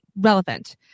relevant